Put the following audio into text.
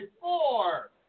four